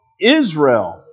Israel